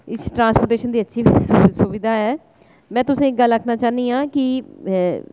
इस ट्रांसपोर्टेशन दी अच्छी सू सुविधा ऐ में तुसें इक गल्ल आखना चा्हन्नी आं कि